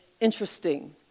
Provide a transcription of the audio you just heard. interesting